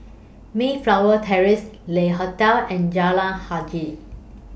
Mayflower Terrace Le Hotel and Jalan Hajijah